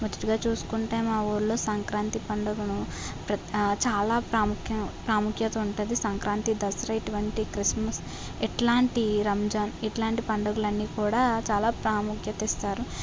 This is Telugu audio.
మొదటిగా చూసుకుంటే మా ఊర్లో సంక్రాంతి పండుగను ప్ర చాలా ప్రాముఖ్యం ప్రాముఖ్యత ఉంటుంది సంక్రాంతి దసరా ఇటువంటి క్రిస్మస్ ఇట్లాంటి రంజాన్ ఇట్లాంటి పండగలు అన్నీ కూడా చాలా ప్రాముఖ్యత ఇస్తారు